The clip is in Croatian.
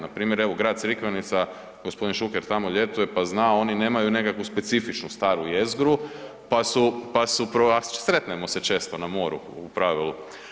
Npr. evo grad Crikvenica, g. Šuker tamo ljetuje pa zna, oni nemaju nekakvu specifičnu staru jezgru, pa su, pa su... [[Upadica se ne čuje.]] sretnemo se često na moru u pravilu.